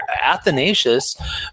Athanasius